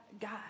God